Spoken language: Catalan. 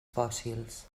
fòssils